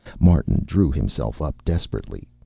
martin drew himself up desperately.